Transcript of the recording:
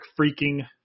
Freaking